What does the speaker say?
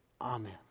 Amen